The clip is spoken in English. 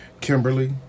Kimberly